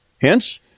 Hence